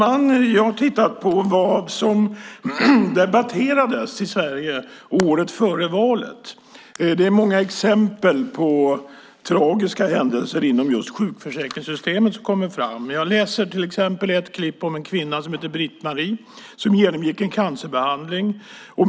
Herr talman! Jag har tittat på vad som debatterades i Sverige året före valet. Det kom fram många exempel på tragiska händelser inom just sjukförsäkringssystemet. Jag läser till exempel ett klipp om en kvinna som heter Britt-Marie som genomgick en cancerbehandling.